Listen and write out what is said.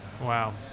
Wow